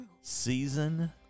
season